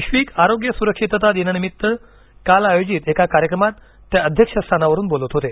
वैश्विक आरोग्य सुरक्षितता दिनानिमित्त काल आयोजित एका कार्यक्रमात ते अध्यक्ष स्थानावरुन बोलत होते